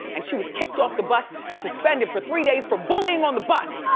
and she was kicked off the bus and suspended for three days for bullying on the bus.